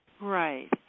Right